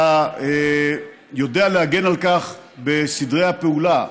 אתה יודע להגן על כך בסדרי הפעולה.